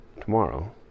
tomorrow